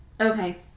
Okay